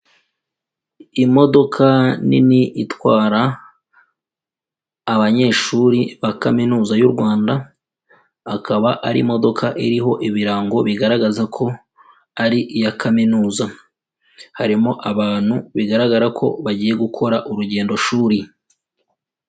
Imodoka nini itwara abanyeshuri ba Kaminuza y'u Rwanda, akaba ari imodoka iriho ibirango bigaragaza ko ari iya kaminuza, harimo abantu bigaragara ko bagiye gukora urugendo shuri.